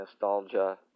nostalgia